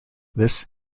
this